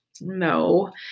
No